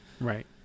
Right